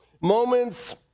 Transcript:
moments